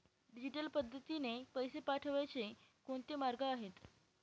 Digital पद्धतीने पैसे पाठवण्याचे कोणते मार्ग आहेत?